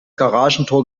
garagentor